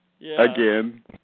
again